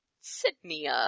sydney